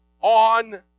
on